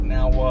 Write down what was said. Now